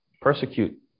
persecute